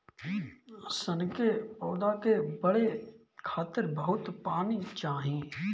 सन के पौधा के बढ़े खातिर बहुत पानी चाही